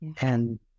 and-